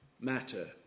matter